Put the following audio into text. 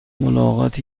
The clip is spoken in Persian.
ملاقات